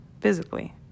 physically